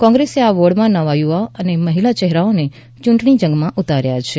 કોંગ્રેસે આ વોર્ડમાં નવા યુવા અને મહિલા ચહેરાઓને યૂંટણીજંગમાં ઉતાર્યા છે